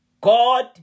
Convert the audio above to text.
God